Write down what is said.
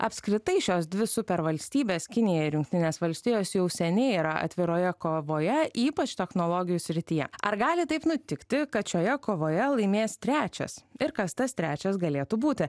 apskritai šios dvi supervalstybės kinija ir jungtinės valstijos jau seniai yra atviroje kovoje ypač technologijų srityje ar gali taip nutikti kad šioje kovoje laimės trečias ir kas tas trečias galėtų būti